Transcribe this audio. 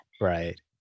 Right